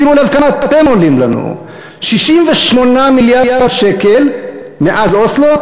שימו לב כמה אתם עולים לנו: 68 מיליארד שקל מאז אוסלו,